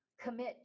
commit